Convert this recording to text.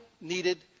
needed